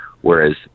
whereas